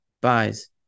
buys